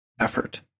effort